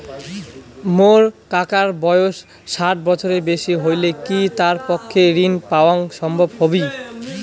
মোর কাকার বয়স ষাট বছরের বেশি হলই কি তার পক্ষে ঋণ পাওয়াং সম্ভব হবি?